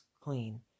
clean